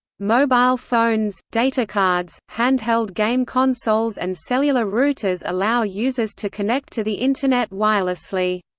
mobile phones, datacards, handheld game consoles and cellular routers allow users to connect to the internet wirelessly.